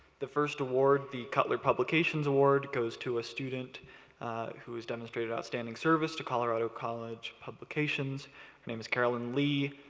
the first award, the cutler publications award, goes to a student who has demonstrated outstanding service to colorado college publications. her name is caroline li.